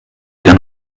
dann